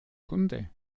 kunde